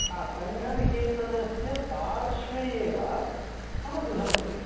सङ्गनिकेतनस्य पार्श्वे एव मम गृहमस्ति